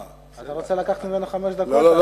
אתה רוצה לקחת ממנו חמש דקות?